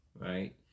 right